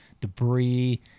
debris